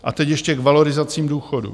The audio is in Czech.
A teď ještě k valorizacím důchodů.